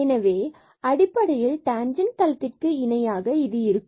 எனவே அடிப்படையில் டான்ஜண்ட் தளத்திற்கு இணையாக இருக்கும்